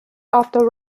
after